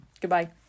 Goodbye